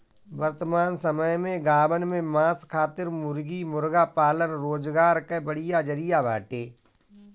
वर्तमान समय में गांवन में मांस खातिर मुर्गी मुर्गा पालन रोजगार कअ बढ़िया जरिया बाटे